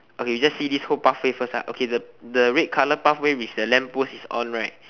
okay we just see this whole pathway first ah okay the the red colour pathway with the lamp post is on right